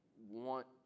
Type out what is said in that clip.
want